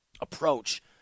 approach